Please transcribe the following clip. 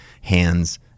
hands